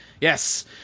Yes